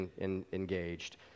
engaged